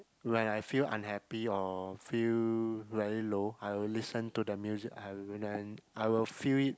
when I feel unhappy or feel very low I will listen to the music I will then I will feel it